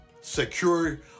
secure